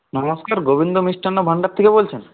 নমস্কার গোবিন্দ মিষ্টান্ন ভাণ্ডার থেকে বলছেন